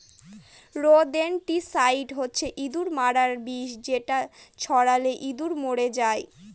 rodenticide হচ্ছে ইঁদুর মারার বিষ যেটা ছড়ালে ইঁদুর মরে যায়